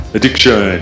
Addiction